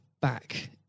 back